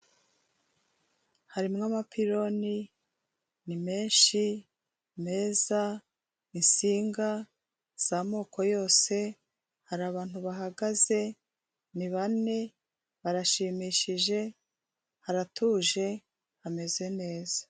Harimo amapironi, ni menshi, meza, insinga z'amoko yose, hari abantu bahagaze, ni bane, barashimishije, haratuje, hameze neza.